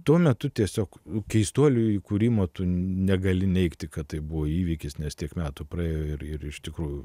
tuo metu tiesiog keistuolių įkūrimo tu negali neigti kad tai buvo įvykis nes tiek metų praėjo irir iš tikrųjų vat